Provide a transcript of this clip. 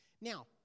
Now